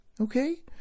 Okay